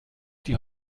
die